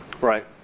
Right